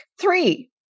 three